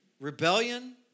Rebellion